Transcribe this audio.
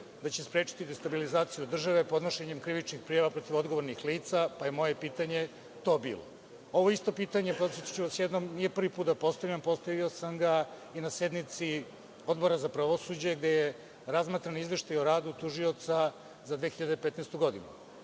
da će sprečiti destabilizaciju države podnošenjem krivičnih prijava protiv odgovornih lica, pa je moje pitanje to bilo. Ovo isto pitanje, podsetiću vas još jednom, nije prvi put da postavljam, postavio sam ga i na sednici Odbora za pravosuđe, gde je razmatran Izveštaj o radu tužioca za 2015. godinu,